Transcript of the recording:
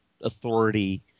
authority